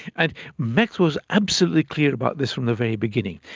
and maxwell is absolutely clear about this from the very beginning,